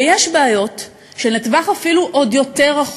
ויש בעיות שהן לטווח אפילו עוד יותר רחוק,